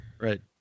Right